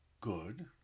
good